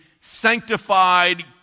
sanctified